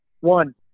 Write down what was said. one